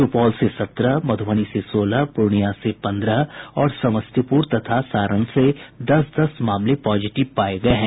सुपौल से सत्रह मधुबनी से सोलह पूर्णियां से पन्द्रह और समस्तीपुर तथा सारण से दस दस मामले पॉजिटिव पाये गये हैं